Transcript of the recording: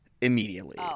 immediately